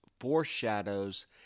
foreshadows